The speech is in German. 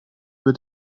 über